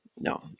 no